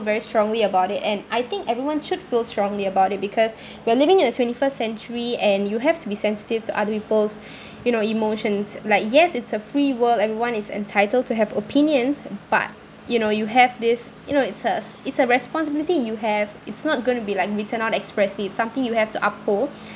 very strongly about it and I think everyone should feel strongly about it because we're living in the twenty first century and you have to be sensitive to other people's you know emotions like yes it's a free world everyone is entitled to have opinions but you know you have this you know it's us it's a responsibility you have it's not going to be like written out expressly it's something you have to uphold